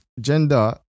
gender